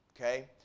Okay